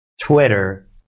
Twitter